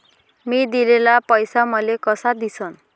मी दिलेला पैसा मले कसा दिसन?